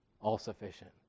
all-sufficient